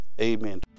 Amen